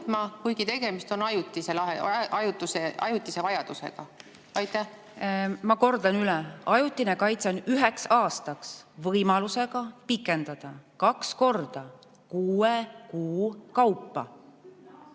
kuigi tegemist on ajutise vajadusega? Ma kordan üle: ajutine kaitse on üheks aastaks võimalusega pikendada kaks korda kuue kuu kaupa.